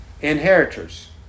Inheritors